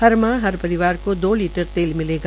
हर माह हर परिवार को दो लीटर तेल मिलेगा